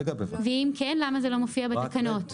ואם כן, למה זה לא מופיע בתקנות?